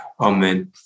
Amen